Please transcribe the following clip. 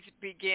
begin